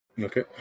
okay